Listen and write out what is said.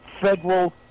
federal